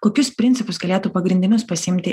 kokius principus galėtų pagrindinius pasiimti